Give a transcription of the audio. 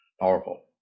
powerful